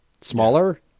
smaller